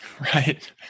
Right